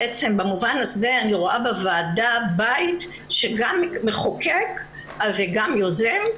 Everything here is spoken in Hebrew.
בעצם במובן הזה אני רואה בוועדה בית שגם מחוקק וגם יוזם.